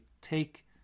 take